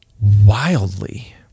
wildly